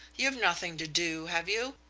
you've nothing to do, have you?